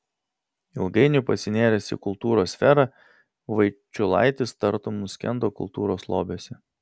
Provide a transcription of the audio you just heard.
ilgainiui pasinėręs į kultūros sferą vaičiulaitis tartum nuskendo kultūros lobiuose